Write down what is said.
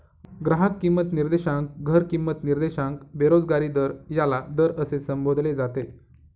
ग्राहक किंमत निर्देशांक, घर किंमत निर्देशांक, बेरोजगारी दर याला दर असे संबोधले जाते